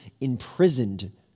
imprisoned